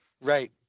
Right